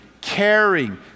caring